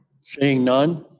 seeing none.